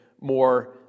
more